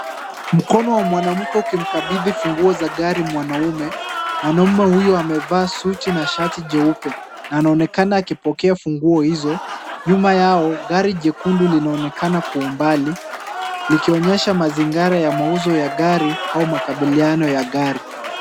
Mkono wa mwanamke ukimkabidhi funguo za gari mwanaume. Mwanaume huyo amevaa suti na shati jeupe na anaonekana akipokea funguo hizo. Nyuma yao, gari jekundu linaonekana kwa umbali likionyesha mazingira ya mauzo ya gari au makabiliano ya gari.